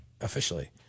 Officially